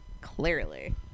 Clearly